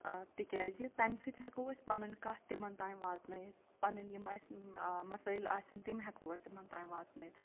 تِکیٛازِ تَمہِ سۭتۍ ہٮ۪کو أسۍ پَنٕنۍ کَتھ تِمَن تام واتنٲیِتھ پَنٕنۍ یِم اَسہِ مَسٲیِل آسَن تِم ہٮ۪کو أسۍ تِمن تام واتنٲیِتھ